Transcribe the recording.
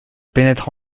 pénètre